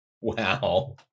Wow